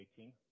18